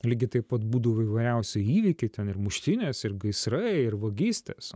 lygiai taip pat būdavo įvairiausi įvykiai ten ir muštynės ir gaisrai ir vagystės